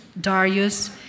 Darius